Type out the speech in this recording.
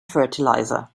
fertilizer